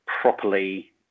properly